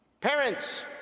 Parents